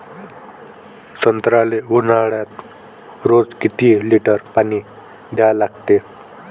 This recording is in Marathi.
संत्र्याले ऊन्हाळ्यात रोज किती लीटर पानी द्या लागते?